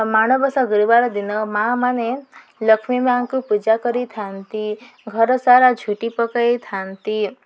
ମାଣବସା ଗୁରୁବାର ଦିନ ମା' ମାନେ ଲକ୍ଷ୍ମୀ ମା'ଙ୍କୁ ପୂଜା କରିଥାନ୍ତି ଘର ସାରା ଝୁଟି ପକାଇଥାନ୍ତି